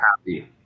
happy